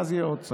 ואז יהיה עוד צו.